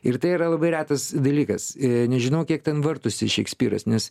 ir tai yra labai retas dalykas nežinau kiek ten vartosi šekspyras nes